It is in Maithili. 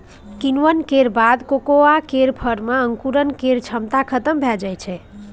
किण्वन केर बाद कोकोआ केर फर मे अंकुरण केर क्षमता खतम भए जाइ छै